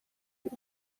you